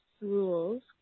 rules